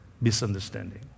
misunderstanding